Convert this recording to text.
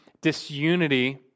disunity